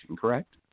correct